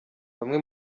bamwe